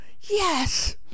Yes